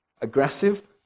aggressive